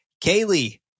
Kaylee